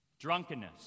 Drunkenness